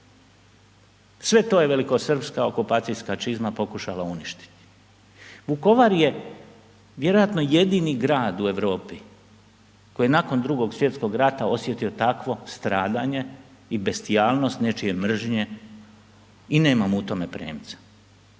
sve to je velikosrpska okupacijska čizma pokušala uništiti. Vukovar je vjerojatno jedini grad u Europi koji je nakon Drugog svjetskog rata osjetio takvo stradanje i bestijalnost nečije mržnje i nemamo u tome premca.